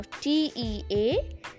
T-E-A